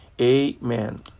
Amen